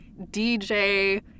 DJ